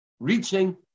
Reaching